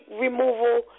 removal